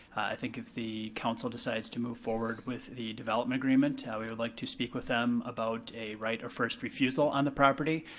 i think if the council decides to move forward with the development agreement, ah we would like to speak with them about a right of first refusal on the property.